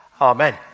Amen